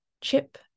chip